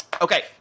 Okay